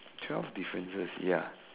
twelve differences ya